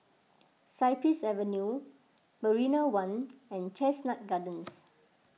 Cypress Avenue Marina one and Chestnut Gardens